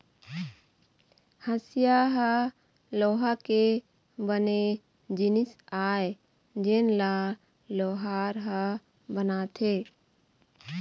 हँसिया ह लोहा के बने जिनिस आय जेन ल लोहार ह बनाथे